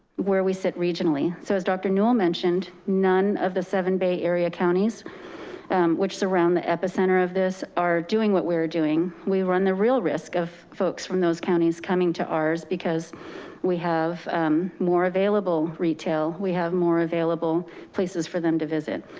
where we sit regionally. so as dr newel mentioned, none of the seven bay area counties which is surround the epicenter of this are doing what we're doing. we run the real risk of folks from those counties coming to ours, because we have more available retail. we have more available places for them to visit,